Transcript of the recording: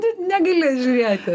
negali žiūrėti